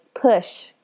push